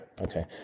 Okay